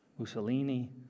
Mussolini